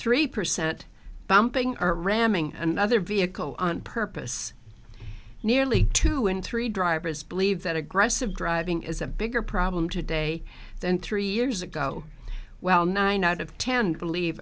three percent bumping or ramming another vehicle on purpose nearly two in three drivers believe that aggressive driving is a bigger problem today than three years ago well nine out of ten